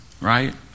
right